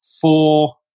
four